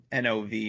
NOV